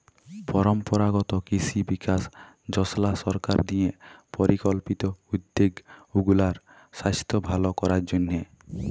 পরম্পরাগত কিসি বিকাস যজলা সরকার দিঁয়ে পরিকল্পিত উদ্যগ উগলার সাইস্থ্য ভাল করার জ্যনহে